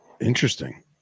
interesting